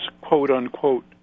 quote-unquote